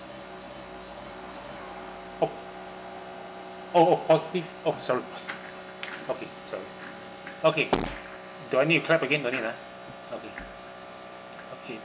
oh oh oh positive oh sorry okay sorry okay do I need to clap again don't need ah okay okay